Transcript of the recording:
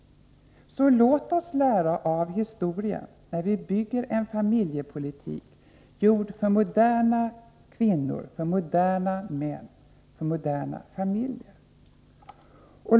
Så låt oss lära av historien när vi bygger en familjepolitik gjord för moderna kvinnor, moderna män och moderna familjer.